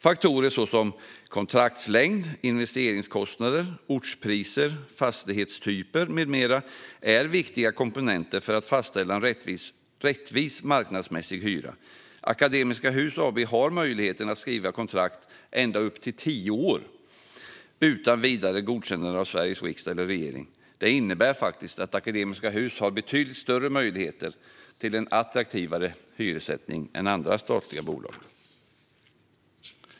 Faktorer som kontraktslängd, investeringskostnader, ortspriser, fastighetstyper med mera är viktiga komponenter för att fastställa en rättvis marknadsmässig hyra. Akademiska Hus AB har möjlighet att skriva kontrakt på upp till tio år utan vidare godkännande av Sveriges riksdag eller regering. Detta innebär att Akademiska Hus har betydligt större möjligheter till attraktivare hyressättning än andra statliga bolag.